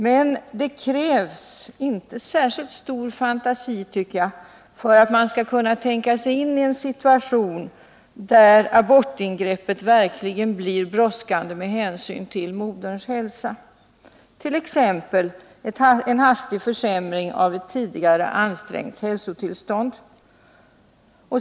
Men det krävs inte särskilt stor fantasi, tycker jag, för att man skall kunna tänka sig in i en situation där abortingreppet verkligen blir brådskande med hänsyn till moderns hälsa, t.ex. en hastig försämring av ett tidigare ansträngt hälsotillstånd.